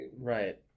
Right